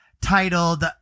titled